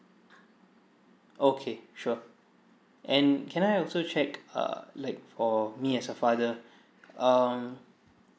okay sure and can I also check err like for me as a father um